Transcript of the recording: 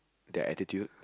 their attitude